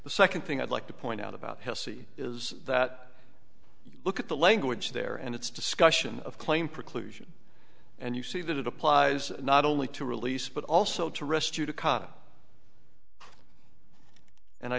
the second thing i'd like to point out about hessy is that you look at the language there and its discussion of claim preclusion and you see that it applies not only to release but also to rescue to cut and i